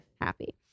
happy